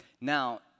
Now